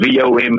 vom